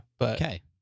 Okay